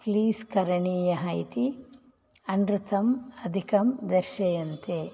please करणीयः इति अनृतम् अधिकं दर्शयन्ते